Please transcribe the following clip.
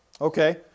Okay